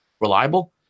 reliable